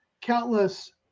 countless